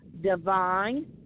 Divine